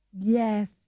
Yes